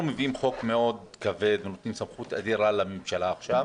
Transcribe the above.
אנחנו מביאים חוק מאוד כבד ונותנים סמכות אדירה לממשלה עכשיו,